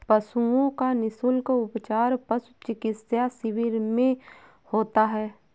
पशुओं का निःशुल्क उपचार पशु चिकित्सा शिविर में होता है